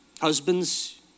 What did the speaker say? Husbands